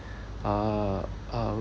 uh uh